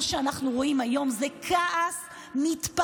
מה שאנחנו רואים היום זה כעס מתפרץ.